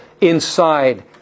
inside